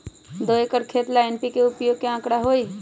दो एकर खेत ला एन.पी.के उपयोग के का आंकड़ा होई?